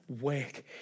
work